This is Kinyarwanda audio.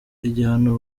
igihano